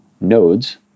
nodes